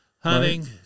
hunting